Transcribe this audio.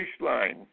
baseline